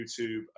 YouTube